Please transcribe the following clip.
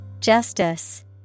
Justice